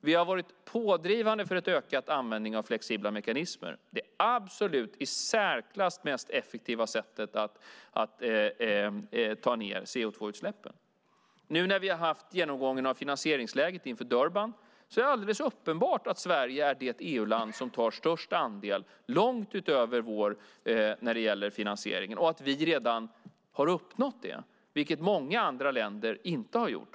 Vi har varit pådrivande för en ökad användning av flexibla mekanismer, det i särklass mest effektiva sättet att ta ned CO2-utsläppen. När vi nu har haft genomgången av finansieringsläget inför Durban är det alldeles uppenbart att Sverige är det EU-land som tar störst andel när det gäller finansieringen och vi har redan uppnått det vi har lovat, vilket många andra länder inte har gjort.